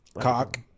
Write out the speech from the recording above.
Cock